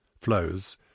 flows